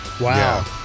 Wow